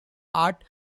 art